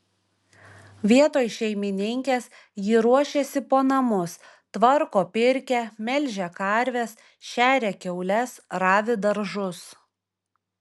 vietoj šeimininkės ji ruošiasi po namus tvarko pirkią melžia karves šeria kiaules ravi daržus